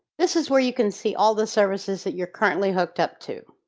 this is where you can see all the services that you're currently hooked up to.